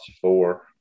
four